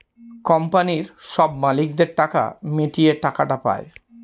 কোম্পানির সব মালিকদের টাকা মিটিয়ে টাকাটা পায়